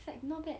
it's like not bad